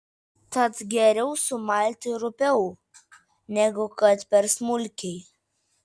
tad geriau sumalti rupiau negu kad per smulkiai